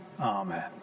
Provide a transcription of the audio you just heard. Amen